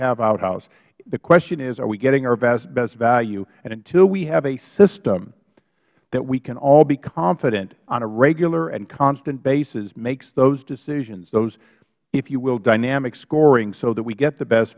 have outhouse the question is are we getting our best value and until we have a system that we can all be confident on a regular and constant basis makes those decisions those if you will dynamic scoring so that we get the best